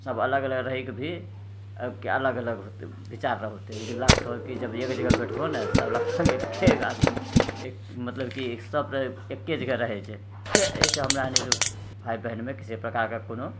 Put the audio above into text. सभ अलग अलग रहिके भी अलग अलग हौते विचार हौते लेकिन लगतौ कि जब एक जगह बैठबो ने सभ लगतौ कि सभ एक्के आदमी मतलब कि सभ एक्के जगह रहै छै तऽ एहिसँ हमरा एनि भाय बहिनमे किसी प्रकारके कोनो